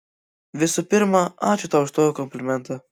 visų pirma ačiū tau už tokį komplimentą